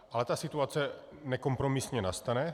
Ale ta situace nekompromisně nastane.